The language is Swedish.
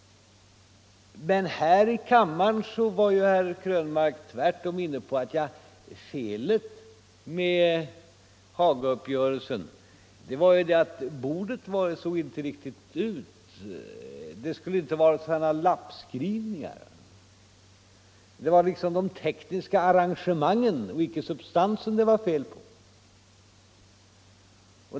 Men här Onsdagen den i kammaren var herr Krönmark tvärtom inne på att felet med Haga 4 december 1974 överenskommelsen var att bordet inte såg riktigt ut som han ville. Det skulle inte vara sådana här lappskrivningar. Det var liksom de tekniska — Sänkning av den arrangemangen och icke substansen det var fel på.